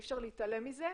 אי אפשר להתעלם מזה,